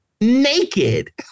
Naked